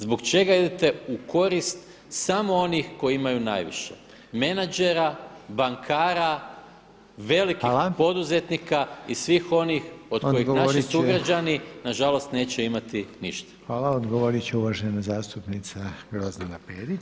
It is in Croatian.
Zbog čega idete u korist samo onih koji imaju najviše menadžera, bankara, velikih poduzetnika i svih onih od kojih naši sugrađani nažalost neće imati ništa.